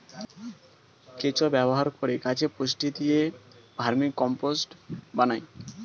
কেঁচো ব্যবহার করে গাছে পুষ্টি দিয়ে ভার্মিকম্পোস্ট বানায়